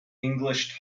english